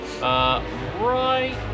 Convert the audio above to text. right